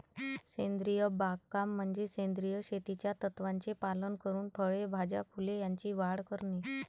सेंद्रिय बागकाम म्हणजे सेंद्रिय शेतीच्या तत्त्वांचे पालन करून फळे, भाज्या, फुले यांची वाढ करणे